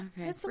Okay